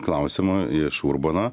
klausimo iš urbono